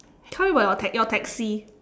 tell me about your ta~ your taxi